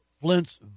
Flint's